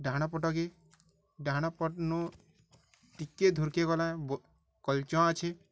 ଡାହାଣ ପଟ୍କେ ଡାହାଣ ପଟ୍ନୁ ଟିକେ ଦୂରକେ ଗଲେ କଲଚ ଅଛି